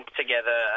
together